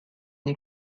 new